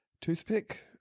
Toothpick